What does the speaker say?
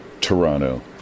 Toronto